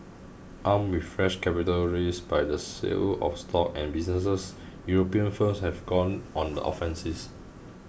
armed with fresh capital raised by the sale of stock and businesses European firms have gone on the offensives